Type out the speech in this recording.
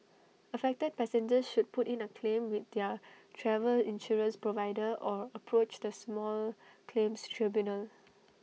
affected passengers should put in A claim with their travel insurance provider or approach the small claims tribunal